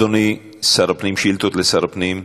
אדוני סגן שר הפנים,